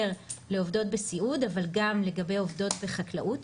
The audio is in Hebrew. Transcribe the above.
לעובדות בסיעוד אבל גם לגבי עובדו בחקלאות,